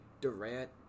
Durant